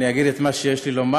אני אגיד את מה שיש לי לומר.